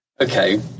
okay